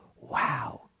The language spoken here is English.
wow